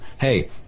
Hey